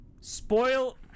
Spoil